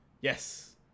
Yes